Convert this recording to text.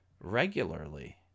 regularly